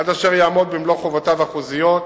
עד אשר יעמוד במלוא חובותיו החוזיות,